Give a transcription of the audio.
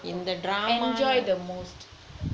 enjoy the most